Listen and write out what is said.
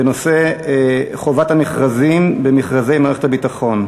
בנושא חובת המכרזים במכרזי מערכת הביטחון.